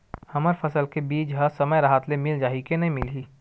हमर फसल के बीज ह समय राहत ले मिल जाही के नी मिलही?